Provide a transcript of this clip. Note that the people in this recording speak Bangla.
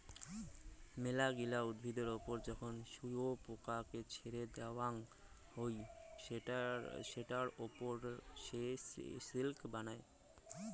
মেলাগিলা উদ্ভিদের ওপর যখন শুয়োপোকাকে ছেড়ে দেওয়াঙ হই সেটার ওপর সে সিল্ক বানায়